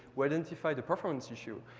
we identified a performance issue.